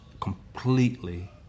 completely